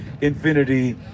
infinity